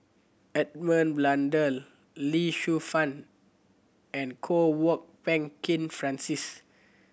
Edmund Blundell Lee Shu Fen and Kwok Peng Kin Francis